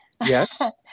Yes